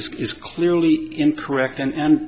is clearly incorrect and